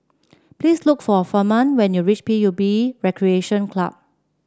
please look for Furman when you reach P U B Recreation Club